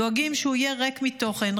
דואגים שהוא יהיה ריק מתוכן,